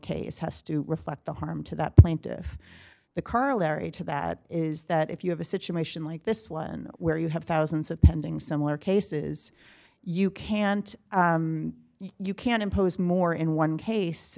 case has to reflect the harm to that plaintiff the car larry to that is that if you have a situation like this one where you have thousands of pending similar cases you can't you can't impose more in one case